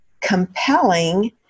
compelling